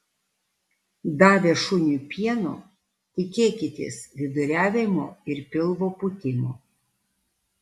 davę šuniui pieno tikėkitės viduriavimo ir pilvo pūtimo